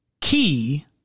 key